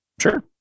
Sure